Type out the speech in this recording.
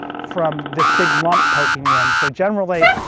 from this big lump poking in. so generally,